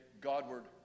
Godward